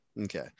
Okay